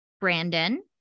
Brandon